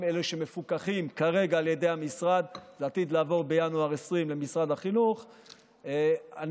אתה